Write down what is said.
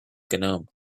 gnome